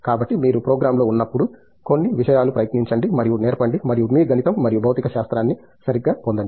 కాబట్టి మీరు ప్రోగ్రామ్లో ఉన్నప్పుడు కొన్ని విషయాలు ప్రయత్నించండి మరియు నేర్పండి మరియు మీ గణితం మరియు భౌతిక శాస్త్రాన్ని సరిగ్గా పొందండి